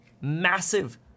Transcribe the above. Massive